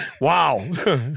wow